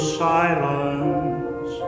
silence